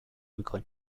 میکنی